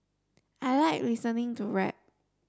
I like listening to rap